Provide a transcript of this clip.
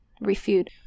refute